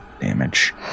damage